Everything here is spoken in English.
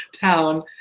town